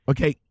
Okay